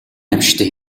аймшигтай